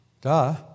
Duh